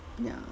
ya